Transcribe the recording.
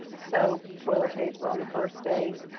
soap, toilet paper on the first day,